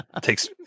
Takes